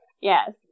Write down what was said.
Yes